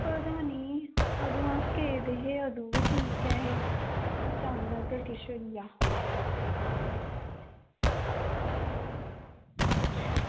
पता निं अदूं अस गेदे हे अदूं ते ठीक गै हे अचानक गै किश होई गेआ